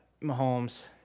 Mahomes